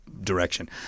direction